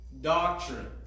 doctrine